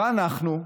ואנחנו,